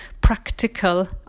practical